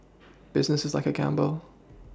business is like a gamble